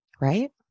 Right